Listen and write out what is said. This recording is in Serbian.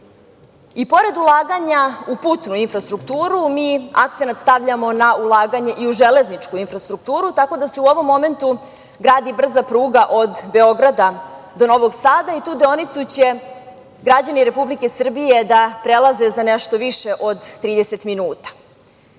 pored ulaganja u putnu infrastrukturu, mi akcenat stavljamo na ulaganje i u železničku infrastrukturu, tako da se u ovom momentu gradi brza pruga od Beograda do Novog Sada i tu deonicu će građani Republike Srbije da prelaze za nešto više od 30 minuta.